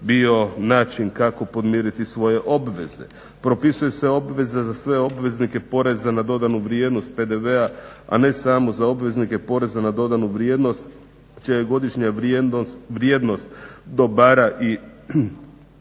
bio način kako pomiriti svoje obveze. Propisuje se obveza za sve obveznike poreza na dodanu vrijednost, PDV-a a ne samo za obveznike poreza na dodanu vrijednost čija je godišnja vrijednost dobara i